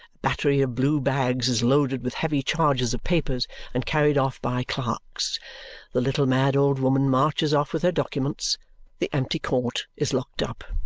battery of blue bags is loaded with heavy charges of papers and carried off by clerks the little mad old woman marches off with her documents the empty court is locked up.